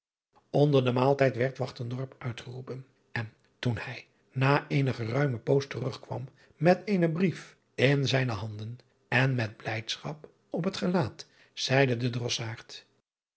nder den maaltijd werd uitgeroepen en toen hij na eene geruime poos terugkwam met driaan oosjes zn et leven van illegonda uisman eenen brief in zijne handen en met blijdschap op het gelaat zeide de